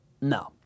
No